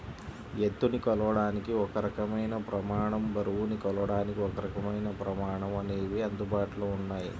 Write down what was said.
ఎత్తుని కొలవడానికి ఒక రకమైన ప్రమాణం, బరువుని కొలవడానికి ఒకరకమైన ప్రమాణం అనేవి అందుబాటులో ఉన్నాయి